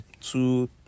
two